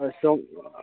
so